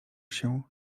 się